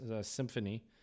Symphony